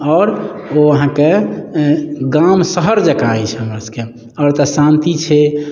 आओर ओ अहाँके गाम शहर जँका अछि हमरासभके आओर एतय शान्ति छै